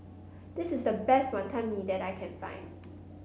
this is the best Wantan Mee that I can find